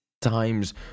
times